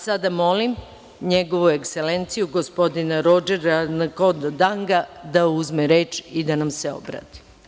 Sada molim Njegovu Ekselenciju, gospodina Rodžera Nkodo Danga da uzme reč i da nam se obrati.